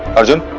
arjun.